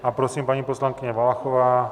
A prosím, paní poslankyně Valachová.